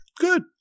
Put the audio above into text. good